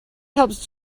helps